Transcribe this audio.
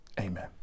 Amen